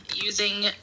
using